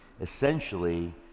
essentially